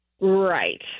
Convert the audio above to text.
Right